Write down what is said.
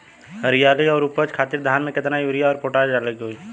हरियाली और उपज खातिर धान में केतना यूरिया और पोटाश डाले के होई?